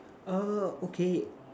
uh okay